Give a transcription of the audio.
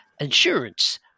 insurance